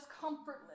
comfortless